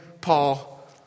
Paul